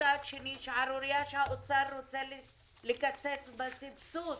מצד שני, שערורייה שהאוצר רוצה לקצץ בסבסוד.